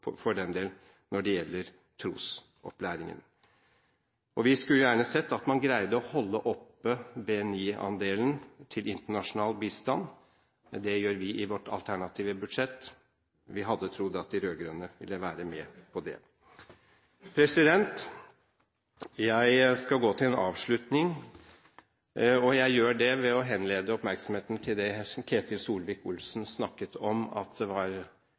eller for den del når det gjelder trosopplæringen. Vi skulle gjerne sett at man greide å holde oppe BNI-andelen til internasjonal bistand. Det gjør vi i vårt alternative budsjett. Vi hadde trodd at de rød-grønne ville være med på det. Jeg skal gå til en avslutning, og jeg gjør det ved å henlede oppmerksomheten på det Ketil Solvik-Olsen snakket om, at det var